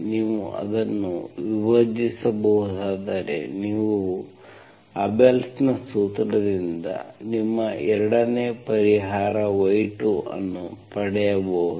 ನೀವು ಅದನ್ನು ವಿಭಜಿಸಬಹುದಾದರೆ ನೀವು ಅಬೆಲ್ಸ್ Abelsನ ಸೂತ್ರದಿಂದ ನಿಮ್ಮ 2ನೇ ಪರಿಹಾರ y2 ಅನ್ನು ಪಡೆಯಬಹುದು